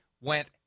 went